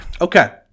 Okay